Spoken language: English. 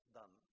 done